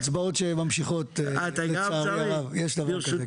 אני צריך ללכת לאותן הצבעות שממשיכות.